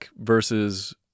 versus